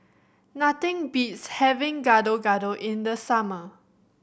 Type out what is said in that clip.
nothing beats having Gado Gado in the summer